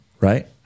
right